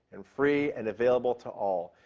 and free and available to all.